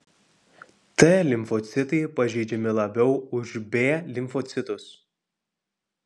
t limfocitai pažeidžiami labiau už b limfocitus